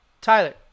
tyler